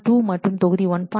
2 தொகுதி1